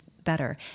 better